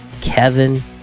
Kevin